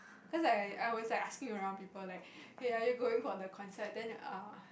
cause I I was like asking around people like hey are you going for the concert then uh